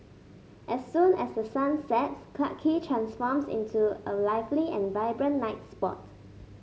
as soon as the sun sets Clarke Quay transforms into a lively and vibrant night spot